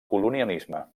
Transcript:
colonialisme